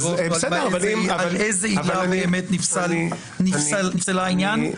על איזה עילה נפסל העניין.